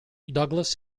douglas